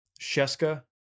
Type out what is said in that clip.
Sheska